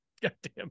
goddamn